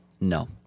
No